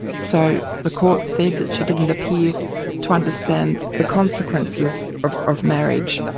so the court said that she didn't appear to understand the consequences of of marriage,